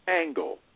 Angle